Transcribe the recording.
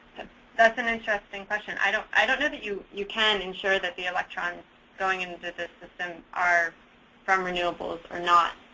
that's an interesting question. i don't i don't know that you you can ensure that the electron going into the system are from renewable or not,